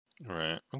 Right